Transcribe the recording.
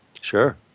Sure